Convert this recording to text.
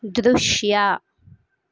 ದೃಶ್ಯ